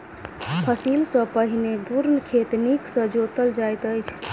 फसिल सॅ पहिने पूर्ण खेत नीक सॅ जोतल जाइत अछि